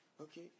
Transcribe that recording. Okay